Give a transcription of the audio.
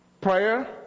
prayer